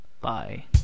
Bye